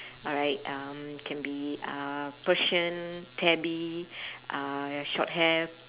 alright um can be uh persian tabby uh shorthair